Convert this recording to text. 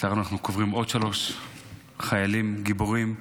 לצערנו, אנחנו קוברים עוד שלושה חיילים, גיבורים,